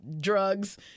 drugs